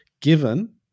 given